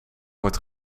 wordt